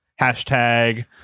Hashtag